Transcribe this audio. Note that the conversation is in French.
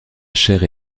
chaire